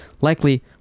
Likely